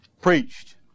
preached